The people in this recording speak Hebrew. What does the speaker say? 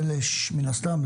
זה לשנה, מן הסתם?